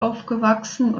aufgewachsen